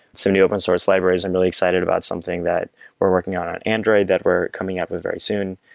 so many open source libraries. i'm really excited about something that we're working on on android that we're coming up with very soon.